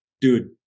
dude